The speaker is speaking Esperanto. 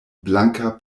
blanka